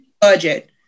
budget